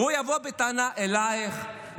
הוא יבוא בטענה אלייך,